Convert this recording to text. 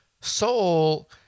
soul